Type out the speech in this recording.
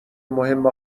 مهم